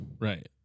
right